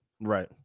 Right